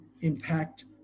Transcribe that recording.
impact